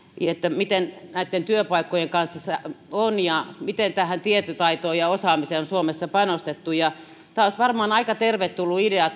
miten näitten työpaikkojen kanssa on ja miten tähän tietotaitoon ja osaamiseen on suomessa panostettu tämä avaruusstrategia olisi varmaan aika tervetullut idea